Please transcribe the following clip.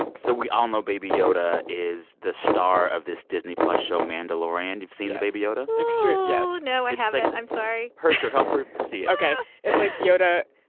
so we all know baby yoda is the star of this disney plus show mandalorian. you've seen the baby yoda yes no, i haven't. and i'm sorry hersher, help her see it ok. it's like yoda,